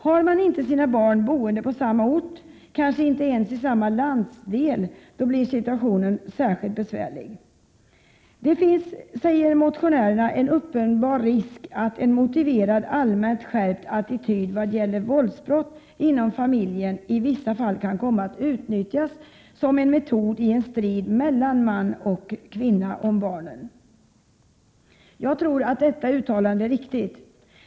Har makarna inte sina barn boende på samma ort — kanske inte ens i samma landsdel — blir situationen särskilt besvärlig. Det finns, säger motionärerna, en uppenbar risk att en motiverad allmänt skärpt attityd vad gäller våldsbrott inom familjen i vissa fall kan komma att utnyttjas som en metod i en strid mellan man och kvinna om barnen. Jag tror att detta uttalande är riktigt.